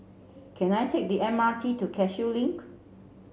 can I take the M R T to Cashew Link